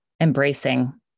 embracing